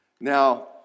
Now